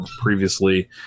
previously